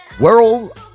World